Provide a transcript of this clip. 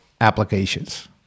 applications